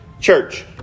church